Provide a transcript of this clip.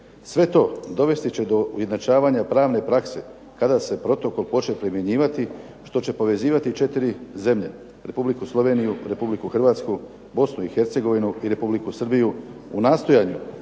Sve to dovesti će do ujednačavanja pravne prakse kada se protokol počne primjenjivat što će povezivati četiri zemlje, Republiku Sloveniju, Republiku Hrvatsku, Bosnu i Hercegovinu i Republiku Srbiju u nastojanju